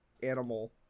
Animal